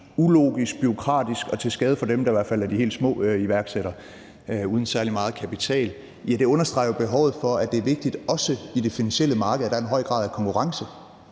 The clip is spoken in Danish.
ulogisk, bureaukratisk og til skade for dem, der i hvert fald er de helt små iværksættere uden særlig meget kapital, understreger det jo behovet for, at det er vigtigt, at der også på det finansielle marked er en høj grad af konkurrence,